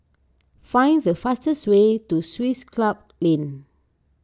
find the fastest way to Swiss Club Lane